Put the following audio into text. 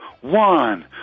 one